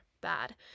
bad